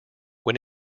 when